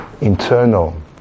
internal